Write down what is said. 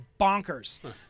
bonkers